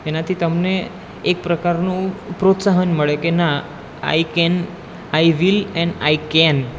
એનાથી તમને એક પ્રકારનું પ્રોત્સાહન મળે કે ના I can I will and I can